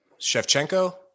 Shevchenko